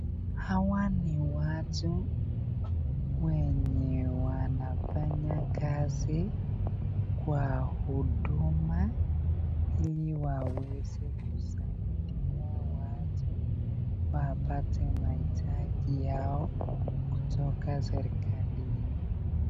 Hawa ni watu wenye wanafanya kazi kwa huduma ili waweze kusaidia watu wapate mahitaji yao kutoka serikalini.